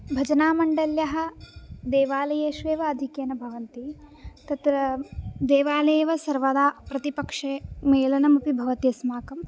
भजनमण्डल्यः देवालयेष्वेव आधिक्येन भवन्ति तत्र देवालये एव सर्वदा प्रतिपक्षे मेलनमपि भवति अस्माकं